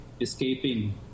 escaping